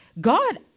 God